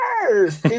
first